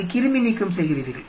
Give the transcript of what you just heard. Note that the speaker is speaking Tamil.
அதை கிருமி நீக்கம் செய்கிறீர்கள்